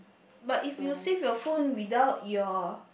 but if you save your phone without your